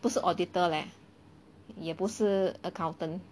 不是 auditor leh 也不是 accountant